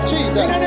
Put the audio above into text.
Jesus